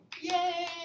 yay